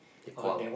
they call